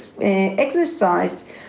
exercised